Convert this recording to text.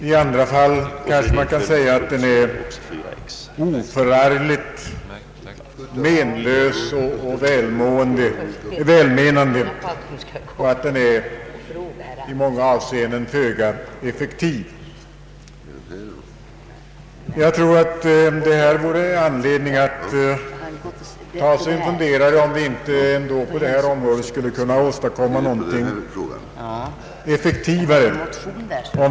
Å andra sidan kan man kanske säga att den är oförarglig, menlös och välmenande och att den är i många avseenden föga effektiv. Jag tror att det finns anledning att ta sig en funderare på om man inte ändå på det här området skulle kunna åstadkomma någonting mera effektivt.